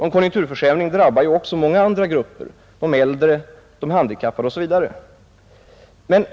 En konjunkturförsämring drabbar också många andra grupper — de äldre, de handikappade osv.